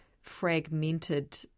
fragmented